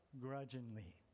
grudgingly